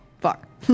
Fuck